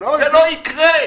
זה לא יקרה.